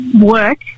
work